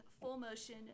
full-motion